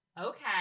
Okay